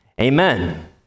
Amen